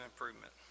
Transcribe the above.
improvement